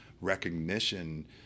recognition